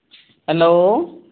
hello